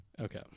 Okay